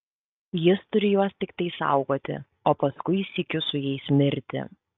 jis turi juos tiktai saugoti o paskui sykiu su jais mirti